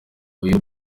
uyu